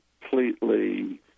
completely